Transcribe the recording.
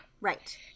Right